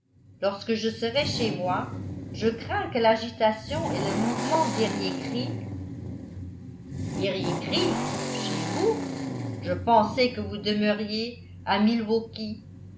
lorsque je serai chez moi je crains que l'agitation et le mouvement d'eriécreek eriécreek chez vous je pensais que vous demeuriez à milwaukee